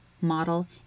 model